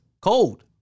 cold